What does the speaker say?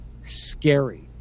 scary